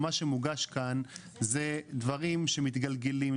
שמה שמוגש כאן זה דברים שמתגלגלים,